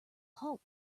halt